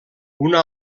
una